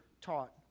taught